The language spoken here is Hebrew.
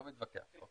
לא מתווכח.